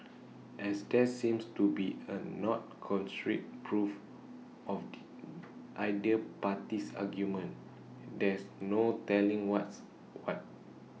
as there seems to be A not constraint proof of either party's argument there's no telling what's what